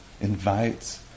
invites